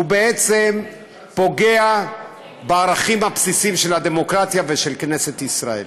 בעצם פוגע בערכים הבסיסיים של הדמוקרטיה ושל כנסת ישראל.